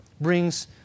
brings